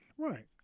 Right